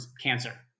cancer